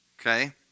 Okay